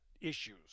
issues